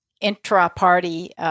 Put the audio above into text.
intra-party